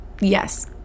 Yes